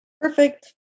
Perfect